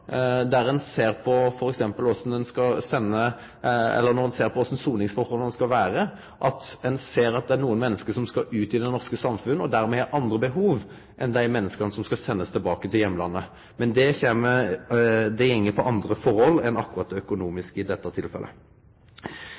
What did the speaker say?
når ein ser på korleis soningsforholda skal vere – at ein ser at det er nokre menneske som skal ut i det norske samfunnet, og dermed har andre behov enn dei menneska som skal sendast tilbake til heimlandet. Men det går på andre forhold enn akkurat dei økonomiske i dette tilfellet.